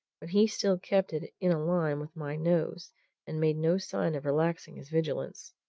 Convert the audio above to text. but he still kept it in a line with my nose and made no sign of relaxing his vigilance.